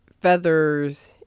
feathers